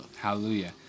Hallelujah